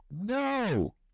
No